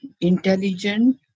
intelligent